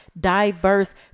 diverse